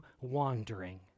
wandering